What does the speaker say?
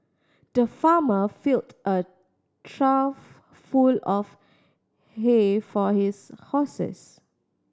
the farmer filled a trough full of hay for his horses